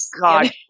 God